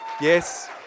yes